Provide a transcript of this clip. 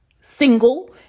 single